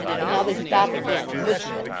and now they stop again, and whisper,